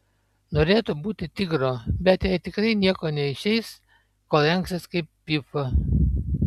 norėtų būti tigro bet jai tikrai nieko neišeis kol rengsis kaip fyfa